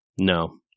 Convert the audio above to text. No